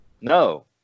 No